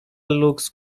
looks